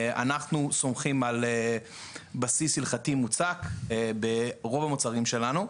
אנחנו סומכים על בסיס הלכתי מוצק ברוב המוצרים שלנו,